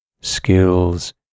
skills